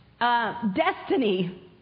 destiny